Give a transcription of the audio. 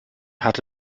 hatte